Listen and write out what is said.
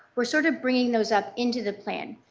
are sort of bringing those up into the plan.